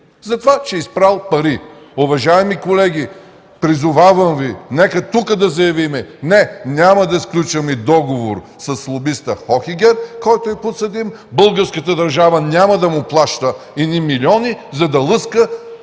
за това, че е изпрал пари. Уважаеми колеги, призовавам Ви, нека тук да заявим: „Не, няма да сключваме договор с лобиста Хохегер, който е подсъдим. Българската държава няма да му плаща едни милиони, за да лъска